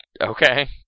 Okay